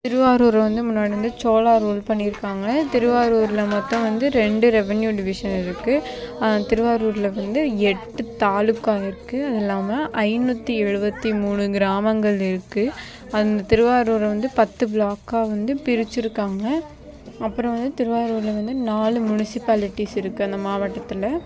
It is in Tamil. திருவாரூர் வந்து முன்னாடி வந்து சோழர் வந்து பண்ணிருக்காங்க திருவாரூரில் மொத்தம் வந்து ரெண்டு ரெவன்யு டிவிஷன் இருக்கு திருவாரூரில் வந்து எட்டுத்தாலுக்கா இருக்கு அது இல்லாமல் ஐனுற்றி எழுபத்தி மூணு கிராமங்கள் இருக்கு அந்த திருவாரூரை வந்து பத்து ப்ளாக்காக வந்து பிரிச்சுருக்காங்க அப்புறம் வந்து திருவாரூரில் வந்து நாலு முனிசிப்பாலிட்டிஸ் இருக்கு அந்த மாவட்டத்தில்